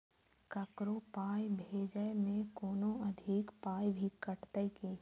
ककरो पाय भेजै मे कोनो अधिक पाय भी कटतै की?